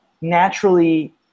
naturally